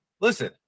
listen